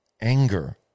anger